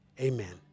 Amen